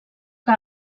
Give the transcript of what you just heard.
que